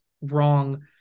wrong